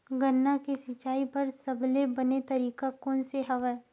गन्ना के सिंचाई बर सबले बने तरीका कोन से हवय?